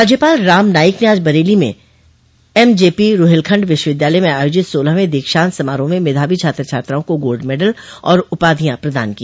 राज्यपाल राम नाईक ने आज बरेली में एमजेपी रूहेलखंड विश्वविद्यालय में आयोजित सोलहवें दीक्षान्त समारोह में मेधावी छात्र छात्राओं को गोल्ड मेडल और उपाधियां प्रदान की